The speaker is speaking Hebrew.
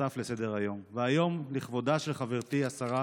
נוסף לסדר-היום, והיום, לכבודה של חברתי השרה